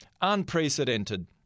unprecedented